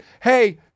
hey